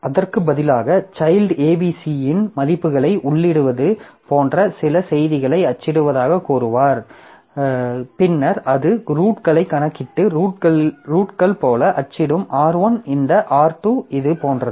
அதற்கு பதிலாக child abc இன் மதிப்புகளை உள்ளிடுவது போன்ற சில செய்திகளை அச்சிடுவதாகக் கூறுவார் பின்னர் அது ரூட்களைக் கணக்கிட்டு ரூட்கள் போல அச்சிடும் r1 இந்த r2 இது போன்றது